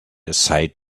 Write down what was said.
aside